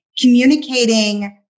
communicating